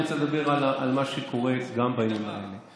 אני רוצה לדבר על מה שקורה גם בימים האלה,